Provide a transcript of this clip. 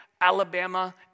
Alabama